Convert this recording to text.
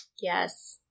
Yes